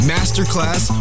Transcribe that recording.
Masterclass